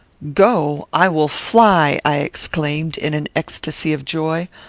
go! i will fly! i exclaimed, in an ecstasy of joy,